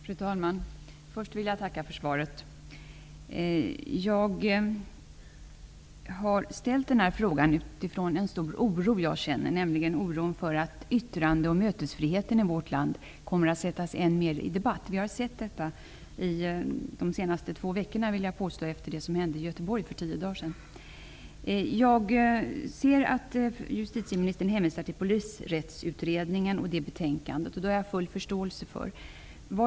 Fru talman! Först vill jag tacka för svaret. Jag har ställt den här frågan utifrån en stor oro som jag känner, en oro för att yttrande och mötesfriheten i vårt land än mer kommer att ställas under debatt. Detta har vi kunnat se under de senaste två veckorna efter det som hände i Göteborg för tio dagar sedan. Justitieministern hänvisar till Polisrättsutredningen och dess betänkande. Det har jag full förståelse för.